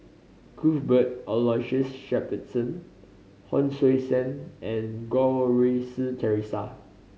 Cuthbert Aloysius Shepherdson Hon Sui Sen and Goh Rui Si Theresa